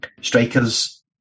Strikers